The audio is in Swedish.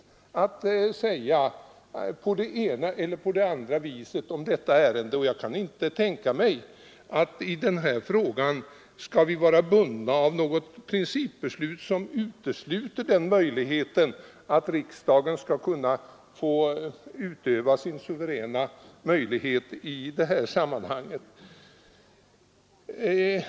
Riksdagen kan uttala sig på det ena eller andra sättet om detta ärende, och jag kan inte tänka mig att vi i den här frågan kan vara bundna av något principbeslut som utesluter att riksdagen skall få utöva sin suveräna ställning i detta sammanhang.